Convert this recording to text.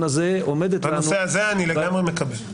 הזה עומדת לנו --- בנושא הזה לגמרי מקבל.